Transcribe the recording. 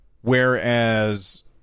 Whereas